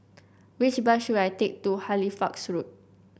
which bus should I take to Halifax Road